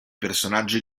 personaggi